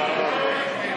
הצבעה.